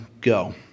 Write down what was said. Go